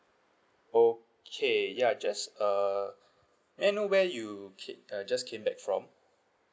okay yeah just err may I know where you came uh just came back from